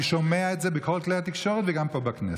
אני שומע את זה בכל כלי התקשורת, וגם פה בכנסת.